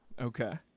okay